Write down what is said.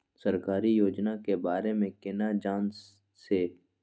सरकारी योजना के बारे में केना जान से?